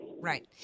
Right